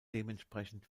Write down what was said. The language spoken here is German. dementsprechend